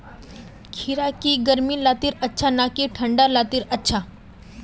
खीरा की गर्मी लात्तिर अच्छा ना की ठंडा लात्तिर अच्छा?